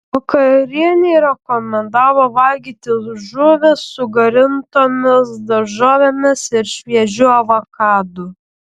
vakarienei rekomendavo valgyti žuvį su garintomis daržovėmis ir šviežiu avokadu